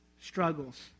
struggles